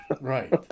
right